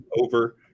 over